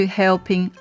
helping